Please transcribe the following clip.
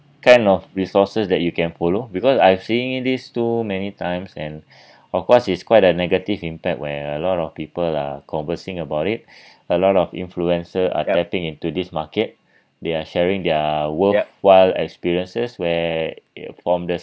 kind of resources that you can follow because I'm seeing this too many times and of course it's quite a negative impact where a lot of people are conversing about it a lot of influencer are tapping into this market they are sharing their worthwhile experiences where from the